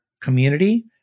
community